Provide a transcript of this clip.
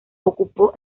ocupó